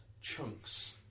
chunks